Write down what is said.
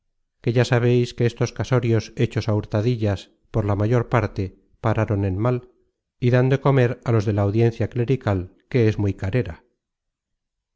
que ya sabeis que estos casorios hechos á hurtadillas por la mayor parte pararon en mal y dan de comer á los de la audiencia clerical que es muy carera